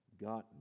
gotten